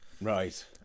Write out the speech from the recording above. Right